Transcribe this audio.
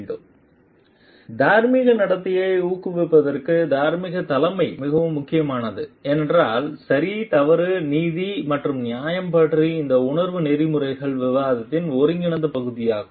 slide நேரம் பார்க்கவும் 4029 தார்மீக நடத்தையை ஊக்குவிப்பதற்கு தார்மீகத் தலைமை மிகவும் முக்கியமானது ஏனென்றால் சரி தவறு நீதி மற்றும் நியாயம் பற்றிய இந்த உணர்வு நெறிமுறை விவாதத்தின் ஒருங்கிணைந்த பகுதியாகும்